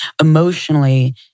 Emotionally